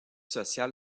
social